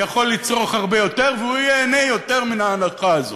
יכול לצרוך הרבה יותר והוא ייהנה יותר מן ההנחה הזאת.